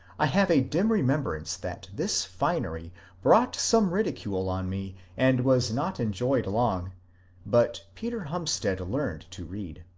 i have a dim remembrance that this finery brought some ridicule on me and was not enjoyed long but peter humstead learned to read.